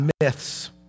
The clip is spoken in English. myths